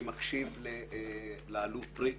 אני מקשיב לאלוף בריק